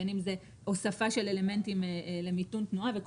בין אם זה הוספה של אלמנטים למיתון תנועה וכל